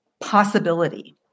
possibility